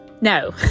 no